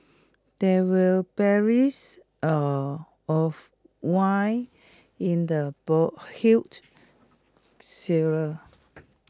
there were barrels are of wine in the ball huge